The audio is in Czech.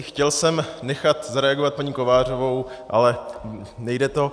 Chtěl jsem nechat zareagovat paní Kovářovou, ale nejde to.